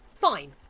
Fine